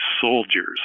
soldiers